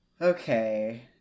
Okay